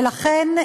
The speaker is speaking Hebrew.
ולכן,